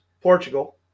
Portugal